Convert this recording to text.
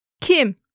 Kim